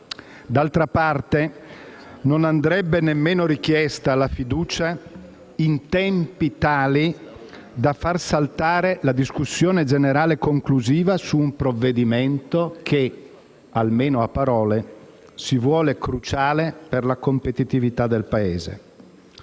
D'altra parte, non andrebbe nemmeno richiesta la fiducia in tempi tali da far saltare la discussione generale conclusiva su un provvedimento che, almeno a parole, si vuole cruciale per la competitività del Paese.